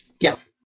Yes